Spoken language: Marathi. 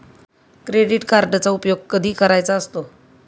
क्रेडिट कार्डचा उपयोग कधी करायचा असतो?